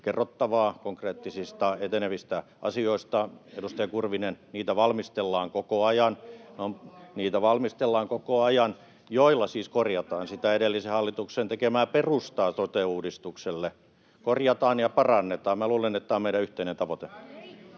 koko ajan. [Antti Kurvinen: Kolmasosa vaalikaudesta!] Niitä valmistellaan koko ajan, ja niillä siis korjataan edellisen hallituksen tekemää perustaa sote-uudistukselle, korjataan ja parannetaan. Minä luulen, että tämä on meidän yhteinen tavoitteemme.